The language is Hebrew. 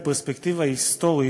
בפרספקטיבה היסטורית,